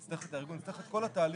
נצטרך את כל התהליך.